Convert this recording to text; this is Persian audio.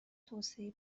توسعه